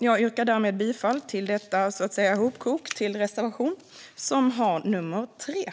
Jag yrkar därmed bifall till detta hopkok till reservation, som har nr 2.